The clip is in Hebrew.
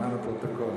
למען הפרוטוקול,